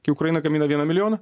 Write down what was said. kai ukraina gamina vieną milijoną